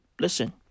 listen